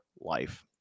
life